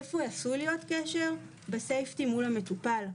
איפה עשוי להיות קשר בסייפטי מול המטופל.